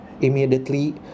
immediately